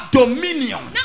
dominion